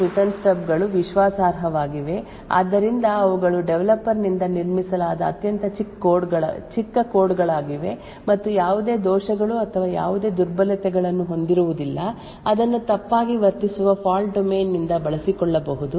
ಈಗ ಊಹೆಗಳೆಂದರೆ ಈ ಸ್ಟಬ್ ಗಳು ಕಾಲ್ ಸ್ಟಬ್ ಮತ್ತು ರಿಟರ್ನ್ ಸ್ಟಬ್ ಗಳು ವಿಶ್ವಾಸಾರ್ಹವಾಗಿವೆ ಆದ್ದರಿಂದ ಅವುಗಳು ಡೆವಲಪರ್ ನಿಂದ ನಿರ್ಮಿಸಲಾದ ಅತ್ಯಂತ ಚಿಕ್ಕ ಕೋಡ್ ಗಳಾಗಿವೆ ಮತ್ತು ಯಾವುದೇ ದೋಷಗಳು ಅಥವಾ ಯಾವುದೇ ದುರ್ಬಲತೆಗಳನ್ನು ಹೊಂದಿರುವುದಿಲ್ಲ ಅದನ್ನು ತಪ್ಪಾಗಿ ವರ್ತಿಸುವ ಫಾಲ್ಟ್ ಡೊಮೇನ್ ನಿಂದ ಬಳಸಿಕೊಳ್ಳಬಹುದು